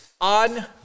on